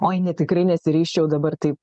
oi ne tikrai nesiryžčiau dabar taip